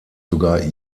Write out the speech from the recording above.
sogar